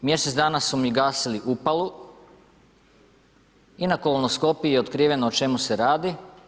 Mjesec dana su mi gasilu upalu i na kolonoskopiji je otkriveno o čemu se radi.